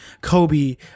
Kobe